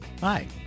Hi